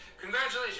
congratulations